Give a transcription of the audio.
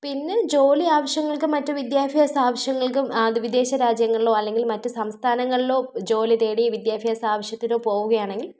പിന്നെ ജോലി ആവശ്യങ്ങൾക്കും മറ്റും വിദ്യാഫ്യാസ ആവശ്യങ്ങൾക്കും അത് വിദേശരാജ്യങ്ങളിലോ അല്ലെങ്കിൽ മറ്റ് സംസ്ഥാനങ്ങളിലോ ജോലി തേടി വിദ്യാഭ്യാസ ആവശ്യത്തിനോ പോവുകയാണെങ്കിൽ